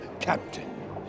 Captain